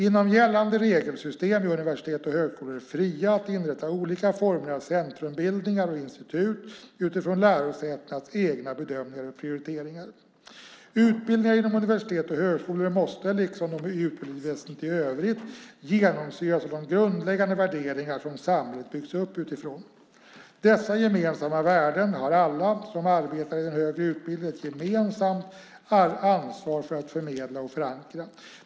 Inom gällande regelsystem är universitet och högskolor fria att inrätta olika former av centrumbildningar och institut utifrån lärosätenas egna bedömningar och prioriteringar. Utbildningar inom universitet och högskolor måste, liksom utbildningsväsendet i övrigt, genomsyras av de grundläggande värderingar som samhället byggts upp utifrån. Dessa gemensamma värden har alla som arbetar i den högre utbildningen ett gemensamt ansvar för att förmedla och förankra.